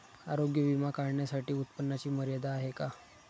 आरोग्य विमा काढण्यासाठी उत्पन्नाची मर्यादा आहे का?